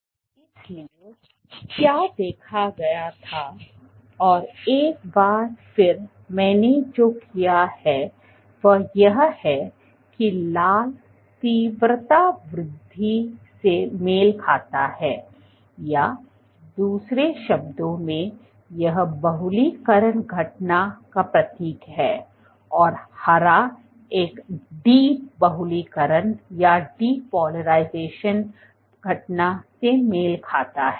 इसलिए क्या देखा गया था और एक बार फिर मैंने जो किया है वह यह है कि लाल तीव्रता वृद्धि से मेल खाता है या दूसरे शब्दों में यह बहुलीकरण घटना का प्रतीक है और हरा एक डी बहुलीकरण घटना से मेल खाता है